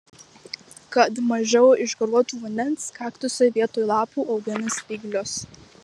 kad mažiau išgaruotų vandens kaktusai vietoj lapų augina spyglius